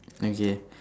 okay